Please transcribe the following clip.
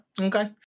okay